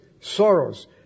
sorrows